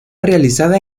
realizada